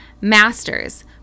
Masters